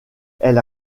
elle